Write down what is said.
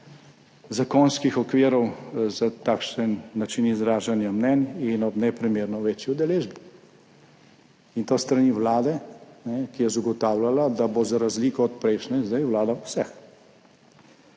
zakonskih okvirov za takšen način izražanja mnenj in ob neprimerno večji udeležbi, in to s strani vlade, ki je zagotavljala, da bo za razliko od prejšnje zdaj vlada vseh.